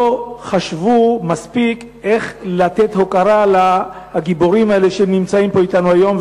כנראה לא חשבו מספיק איך לתת הוקרה לגיבורים האלה שנמצאים אתנו היום,